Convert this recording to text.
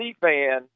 fan